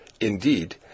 Indeed